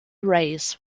race